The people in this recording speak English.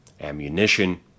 ammunition